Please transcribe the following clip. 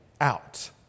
out